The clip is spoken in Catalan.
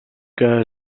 que